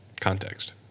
context